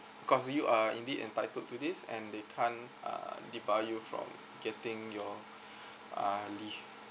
because you are indeed entitled to this and they can't uh debar you from getting your uh leave